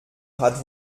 hat